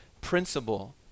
principle